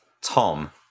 Tom